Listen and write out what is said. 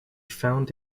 found